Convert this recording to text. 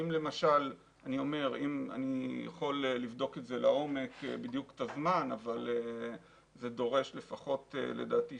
אני יכול לבדוק את זה לעומק אבל לדעתי זה דורש לפחות שנה.